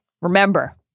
remember